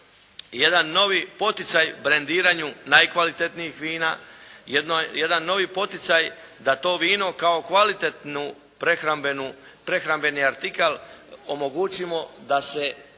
jedan novi poticaj brendiranju najkvalitetnijih vina, jedan novi poticaj da to vino kao kvalitetni prehrambeni artikl omogućimo da se